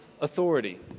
authority